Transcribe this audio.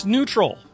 Neutral